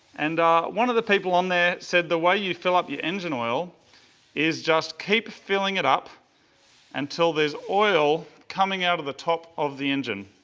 and one of the people on there said the way you fill up the engine oil is just keep filling up until there is oil coming out of the top of the engine.